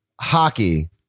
hockey